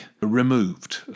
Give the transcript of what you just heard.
removed